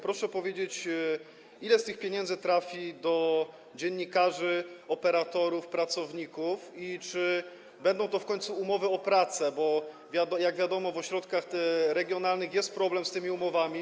Proszę powiedzieć, ile z tych pieniędzy trafi do dziennikarzy, operatorów, pracowników i czy będą to w końcu umowy o pracę, bo, jak wiadomo, w ośrodkach regionalnych jest problem z tymi umowami.